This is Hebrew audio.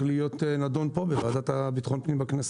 להידון פה בוועדה לביטחון פנים בכנסת.